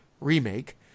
remake